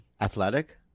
athletic